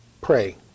Pray